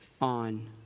on